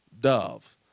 dove